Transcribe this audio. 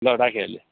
ल राखेँ अहिले